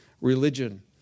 religion